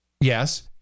Yes